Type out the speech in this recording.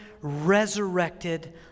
resurrected